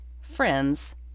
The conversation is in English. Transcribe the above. friends